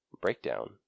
breakdown